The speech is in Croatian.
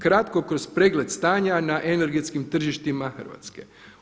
Kratko kroz pregled stanja na energentskim tržištima Hrvatske.